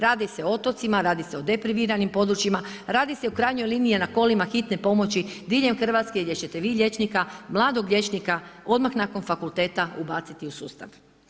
Radi se o otocima, radi se o depriviranim područjima, radi se u krajnjoj liniji da na kolima Hitne pomoći diljem Hrvatske gdje će te vi liječnika, mladog liječnika odmah nakon fakulteta ubaciti u sustav.